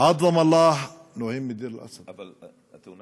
(אומר דברים בערבית, להלן